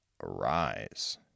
Arise